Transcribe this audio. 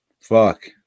Fuck